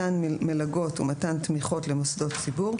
מתן מלגות ומתן תמיכות למוסדות ציבור,